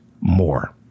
more